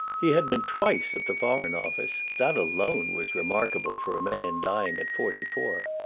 he had been twice at the foreign office that alone was remarkable for a man dying at forty-four.